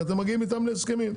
כי אתם מגיעים איתם להסכמים.